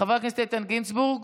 חבר הכנסת איתן גינזבורג,